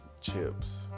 chips